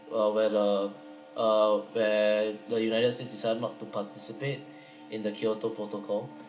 uh where the uh where the united states decided not to participate in the kyoto protocol